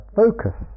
focus